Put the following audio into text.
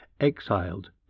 exiled